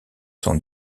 son